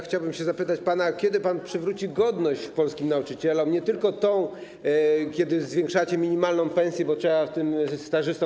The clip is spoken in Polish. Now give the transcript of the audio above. Chciałbym zapytać pana, kiedy pan przywróci godność polskim nauczycielom, nie tylko kiedy zwiększacie minimalną pensję, bo trzeba dodać stażystom.